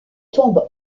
tombe